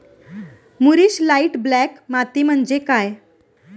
मूरिश light black माती म्हणजे काय?